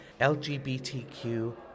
LGBTQ